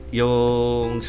yung